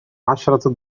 عشر